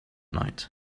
night